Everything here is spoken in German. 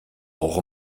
auch